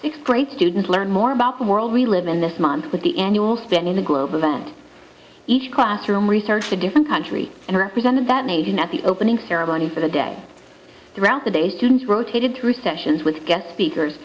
sixth grade students learn more about the world we live in this month with the annual spend in the global fund each classroom researched a different country and represented that nation at the opening ceremony for the day throughout the day students rotated through sessions with guest speakers